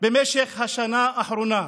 במשך השנה האחרונה.